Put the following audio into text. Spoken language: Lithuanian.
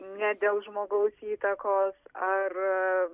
ne dėl žmogaus įtakos ar